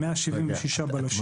176 בלשים,